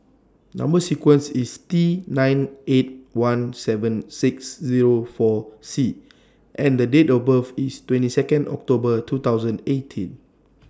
Number sequence IS T nine eight one seven six Zero four C and The Date of birth IS twenty Second October two thousand eighteen